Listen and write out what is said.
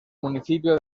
municipio